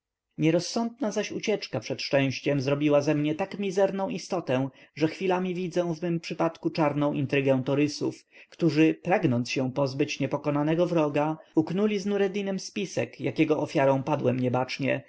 nie zbywało nierozsądna zaś ucieczka przed szczęściem zrobiła ze mnie tak mizerną istotę że chwilami widzę w mym przypadku czarną intrygę torysów którzy pragnąc się pozbyć niepokonanego wroga uknuli z nureddinem spisek jakiego ofiarą padłem